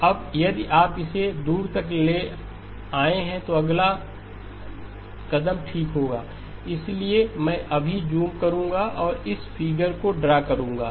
अब यदि आप इसे दूर तक ले आए हैं तो अगला कदम ठीक होगा इसलिए मैं अभी जूम करूंगा और इस फिगर को ड्रा करूँगा